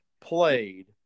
Played